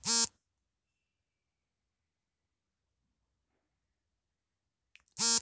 ಸುವಾಸನೆಯುಕ್ತ ಮಸಾಲೆ ಪದಾರ್ಥವಾದ ಚಕ್ಕೆ ಯನ್ನು ಶ್ರೀಲಂಕಾದಲ್ಲಿ ಅತ್ಯಧಿಕವಾಗಿ ಬೆಳೆಯಲಾಗ್ತದೆ